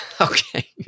Okay